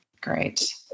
Great